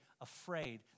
afraid